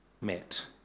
met